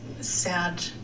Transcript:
sad